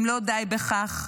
אם לא די בכך,